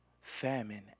famine